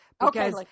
Okay